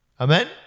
Amen